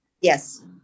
Yes